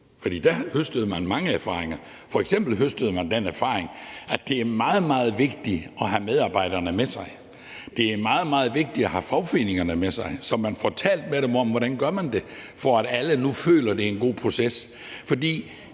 høstede man den erfaring, at det er meget, meget vigtigt at have medarbejderne med sig, og at det er meget, meget vigtigt at have fagforeningerne med sig, så man får talt med dem om, hvordan man gør det, så alle føler, at det er en god proces.